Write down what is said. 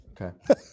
Okay